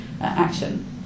action